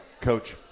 coach